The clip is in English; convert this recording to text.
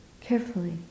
carefully